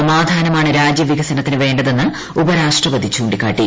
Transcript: സമാധാനമാണ് രാജ്യവികസനത്തിന് വേണ്ടതെന്ന് ഉപരാഷ്ട്രപതി ചൂണ്ടികാട്ടി